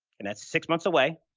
and that's six months away,